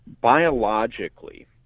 biologically